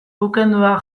ukendua